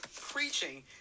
preaching